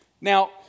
Now